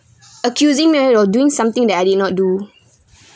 accusing me at on doing something that I did not do